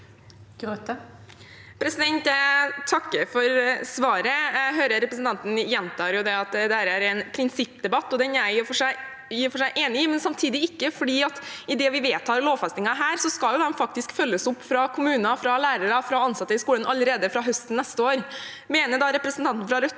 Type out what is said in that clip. takker for svaret. Jeg hører representanten gjenta at dette er en prinsippdebatt, og det er jeg i og for seg enig i, men samtidig ikke. For idet vi vedtar en lovfesting, skal den faktisk følges opp av kommuner, lærere og ansatte i skolen allerede fra høsten neste år. Mener da representanten fra Rødt